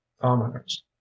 commoners